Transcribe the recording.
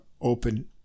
open